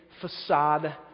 facade